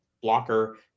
blocker